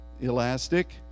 elastic